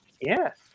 Yes